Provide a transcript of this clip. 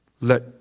Let